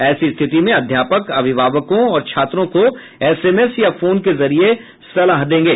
ऐसी स्थिति में अध्यापक अभिभावकों और छात्रों को एसएमएस या फोन के जरिये सलाह देंगे